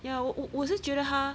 ya 我我我是觉得他